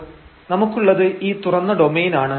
അപ്പോൾ നമുക്കുള്ളത് ഈ തുറന്ന ഡൊമൈനാണ്